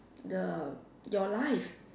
the your life